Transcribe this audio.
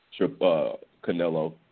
Canelo